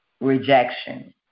rejection